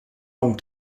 ont